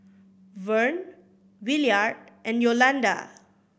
Vern Williard and Yolanda